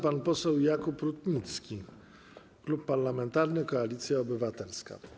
Pan poseł Jakub Rutnicki, Klub Parlamentarny Koalicja Obywatelska.